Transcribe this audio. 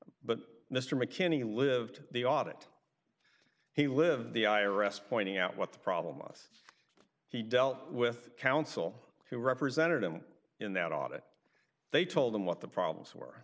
but mr mckinney lived the audit he lived the i r s pointing out what the problem us he dealt with counsel who represented him in that audit they told him what the problems were